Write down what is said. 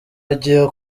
agiye